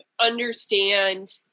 understand